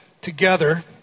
together